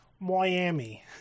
Miami